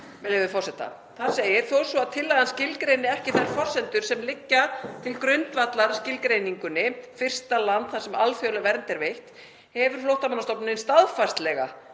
Þar segir: „Þó svo að tillagan skilgreini ekki þær forsendur sem liggja til grundvallar skilgreiningunni „fyrsta land þar sem alþjóðleg vernd er veitt“ hefur Flóttamannastofnunin staðfastlega